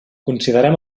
considerem